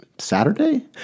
Saturday